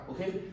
okay